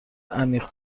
عمیق